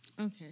Okay